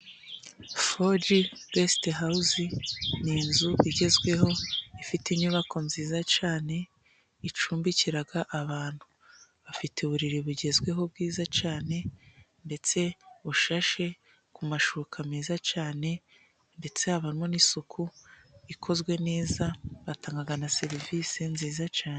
Foji geste hawuzi (4G Guest House). Ni inzu igezweho, ifite inyubako nziza cyane icumbikira abantu. Bafite uburiri bugezweho bwiza cyane ndetse bushashe ku mashuka meza cyane, ndetse habamo n'isuku ikozwe neza, batanga na serivisi nziza cyane.